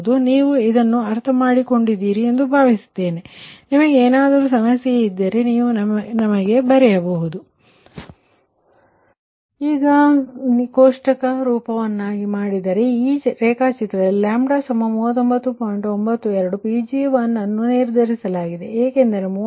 ಆದ್ದರಿಂದ ನೀವು ಇದನ್ನು ಅರ್ಥಮಾಡಿಕೊಂಡಿದ್ದೀರಿ ಎಂದು ನಾನು ಭಾವಿಸುತ್ತೇನೆ ನಿಮಗೆ ಏನಾದರೂ ಸಮಸ್ಯೆ ಇದ್ದರೆ ನೀವು ನನಗೆ ಬರೆಯಬಹುದು ನಾನು ವಿವರಿಸುತ್ತೇನೆ ಆದರೆ ಇದನ್ನು ಸ್ವಲ್ಪ ಆಲಿಸಿ ಮತ್ತು ನಿಮ್ಮದೇ ಆದ ರೀತಿಯಲ್ಲಿ ಪರಿಹರಿಸಲು ಪ್ರಯತ್ನಿಸಿ ನಂತರ ಮೊದಲಿನಿಂದಲೂ ಉತ್ತಮ ರೀತಿಯಲ್ಲಿ ಪರಿಹರಿಸಬಹುದು